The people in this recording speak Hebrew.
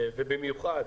ובמיוחד,